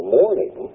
morning